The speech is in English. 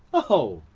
oh!